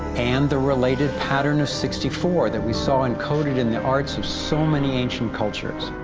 and the related pattern of sixty-four that we saw encoded in the arts of so many ancient cultures.